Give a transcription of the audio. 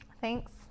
Thanks